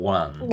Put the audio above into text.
one